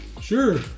sure